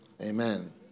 amen